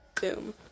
boom